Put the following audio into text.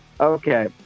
Okay